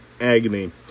agony